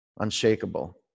unshakable